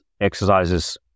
exercises